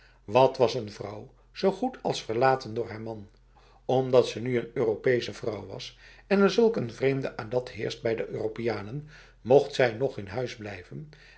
wat was een vrouw zo goed als verlaten door haar man omdat ze nu een europese vrouw was en er zulk een vreemde adat heerst bij de europeanen mocht zij nog in huis blijven